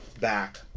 back